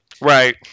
Right